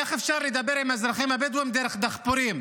איך אפשר לדבר עם האזרחים הבדואים דרך דחפורים,